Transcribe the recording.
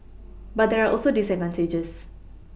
but there are also disadvantages